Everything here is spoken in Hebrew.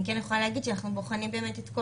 אני כן יכולה להגיד שאנחנו בוחנים את כל